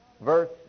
Verse